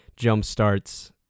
jumpstarts